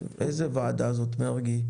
איזו ועדה זאת, מרגי?